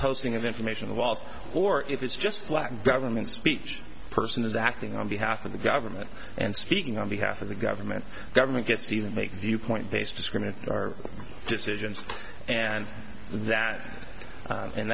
posting of information the walls or if it's just lack of government speech person is acting on behalf of the government and speaking on behalf of the government government gets to even make viewpoint based discrimination are decisions and that